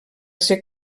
ser